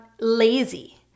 Lazy